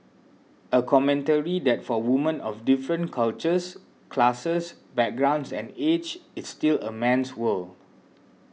a commentary that for women of different cultures classes backgrounds and age it's still a man's world